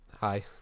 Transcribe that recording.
Hi